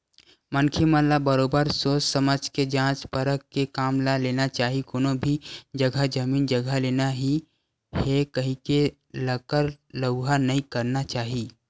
मनखे मन ल बरोबर सोझ समझ के जाँच परख के काम ल लेना चाही कोनो भी जघा जमीन जघा लेना ही हे कहिके लकर लउहा नइ करना चाही